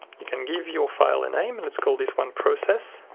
you can give your file a name. let's call this one process